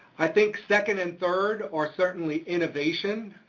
i think second and third are certainly innovation,